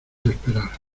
esperar